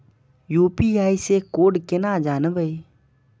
UPI से code केना जानवै?